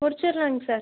முடிச்சிடலாங்க sir